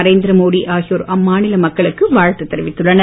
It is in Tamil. நரேந்திர மோடி ஆகியோர் அம்மாநில மக்களுக்கு வாழ்த்து தெரிவித்துள்ளனர்